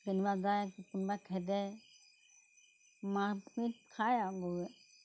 কেনিবা যায় কোনোবাই খেদে মাহ তলিত খায় আৰু গৰুৱে